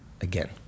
again